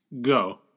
go